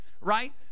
right